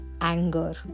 anger